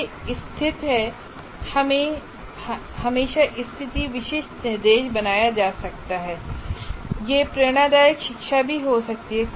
यह स्थित है हमेशा स्थिति विशिष्ट निर्देश बनाया जा सकता है और यह प्रेरणादायक शिक्षा भी हो सकती है